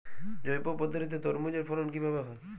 জৈব পদ্ধতিতে তরমুজের ফলন কিভাবে হয়?